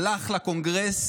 הלך לקונגרס,